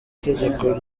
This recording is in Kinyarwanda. itegeko